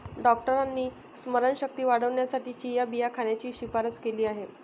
डॉक्टरांनी स्मरणशक्ती वाढवण्यासाठी चिया बिया खाण्याची शिफारस केली आहे